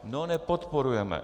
No, nepodporujeme.